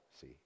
see